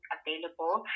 available